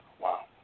Wow